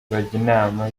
inama